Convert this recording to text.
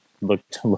looked